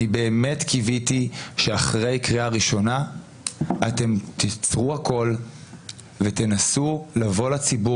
אני באמת קיוויתי שאחרי קריאה ראשונה אתם תעצרו הכול ותנסו לבוא לציבור,